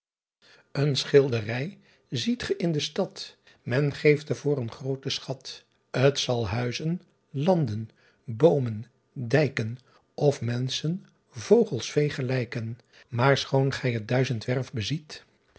en schilderij ziet g in de stad en geeft er voor een grooten schat t al huizen landen boomen dijken f menschen vogels vee gelijken aar schoon gij t duizendwerf beziet